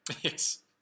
Yes